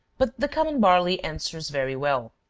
but the common barley answers very well.